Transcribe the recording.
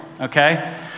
okay